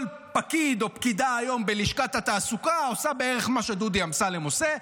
כל פקיד או פקידה היום בלשכת התעסוקה עושה בערך מה שדודי אמסלם עושה,